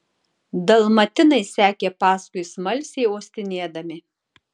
dalmatinai sekė paskui smalsiai uostinėdami